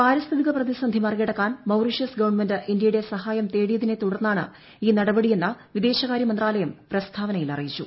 പാരിസ്ഥിതിക പ്രതിസന്ധി മറികടക്കാൻ മൌറീഷ്യസ് ഗവൺമെന്റ് ഇന്ത്യയുടെ സഹായം തേടിയതിനെത്തുടർന്നാണ് ഈ നടപടിയെന്ന് വിദേശകാര്യ മന്ത്രാലയം പ്രസ്താവനയിൽ അറിയിച്ചു